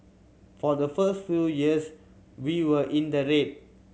for the first few years we were in the red